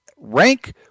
rank